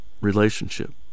relationship